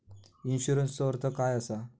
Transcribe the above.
इन्शुरन्सचो अर्थ काय असा?